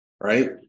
right